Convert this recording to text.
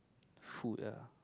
food ya